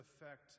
affect